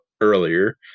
earlier